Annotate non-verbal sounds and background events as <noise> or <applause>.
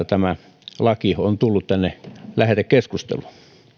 <unintelligible> tämä laki on tullut tänne lähetekeskusteluun